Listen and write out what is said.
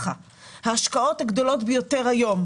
ההשקעות הגדולות ביותר היום,